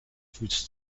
fuß